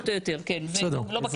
כן, פחות או יותר, לא בכלא.